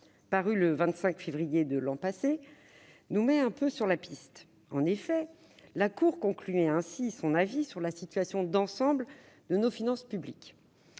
paru le 25 février de l'an passé, nous met sur la piste. La Cour concluait ainsi son avis sur la situation d'ensemble des finances publiques